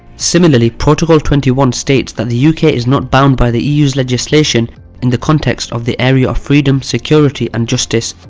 similarly, protocol twenty one states that the uk is not bound by the eu's legislation in the context of the area of freedom, security and justice,